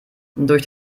durch